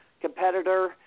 competitor